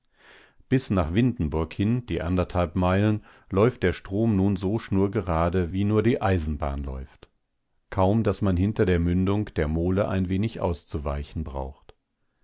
bis nach windenburg hin die anderthalb meilen läuft der strom nun so schnurgerade wie nur die eisenbahn läuft kaum daß man hinter der mündung der mole ein wenig auszuweichen braucht